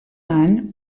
any